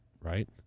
right